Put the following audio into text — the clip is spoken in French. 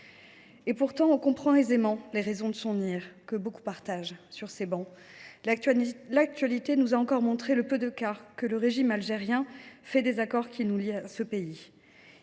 Pourtant, nous comprenons aisément les raisons de l’ire du ministre, que beaucoup partagent sur ces travées. L’actualité nous a encore montré le peu de cas que le régime algérien fait des accords qui nous lient. Il faut,